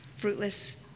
fruitless